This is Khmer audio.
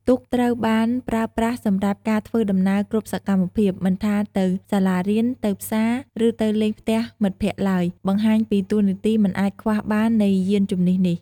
ទូកត្រូវបានប្រើប្រាស់សម្រាប់ការធ្វើដំណើរគ្រប់សកម្មភាព មិនថាទៅសាលារៀន ទៅផ្សារ ឬទៅលេងផ្ទះមិត្តភក្តិឡើយ បង្ហាញពីតួនាទីមិនអាចខ្វះបាននៃយានជំនិះនេះ។